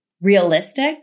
realistic